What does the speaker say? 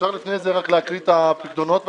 אפשר לפני זה רק להקריא את הפיקדונות בבקשה?